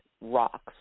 rocks